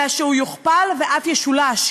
אלא שהוא יוכפל ואף ישולש.